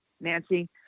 Nancy